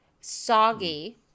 Soggy